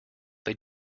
they